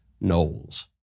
Knowles